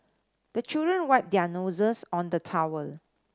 the children wipe their noses on the towel